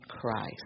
Christ